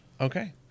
Okay